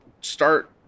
start